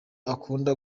akunda